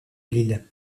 lille